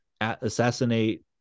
assassinate